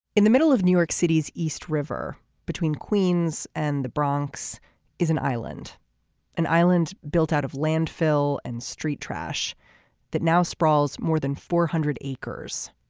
in the middle of new york city's east river between queens and the bronx is an island an island built out of landfill and street trash that now sprawls more than four hundred acres.